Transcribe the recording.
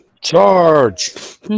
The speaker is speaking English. Charge